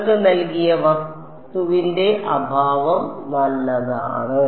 നിങ്ങൾക്ക് നൽകിയ വസ്തുവിന്റെ അഭാവം നല്ലതാണ്